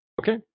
Okay